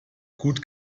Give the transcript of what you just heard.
gut